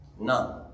None